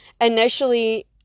initially